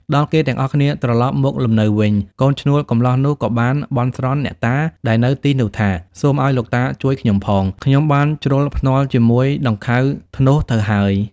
ដល់គេទាំងអស់គ្នាត្រឡប់មកលំនៅវិញ កូនឈ្នួលកំលោះនោះក៏បានបន់ស្រន់អ្នកតាដែលនៅទីនោះថា "សូមឲ្យលោកតាជួយខ្ញុំផង ខ្ញុំបានជ្រុលភ្នាល់ជាមួយដង្ខៅធ្នស់ទៅហើយ"។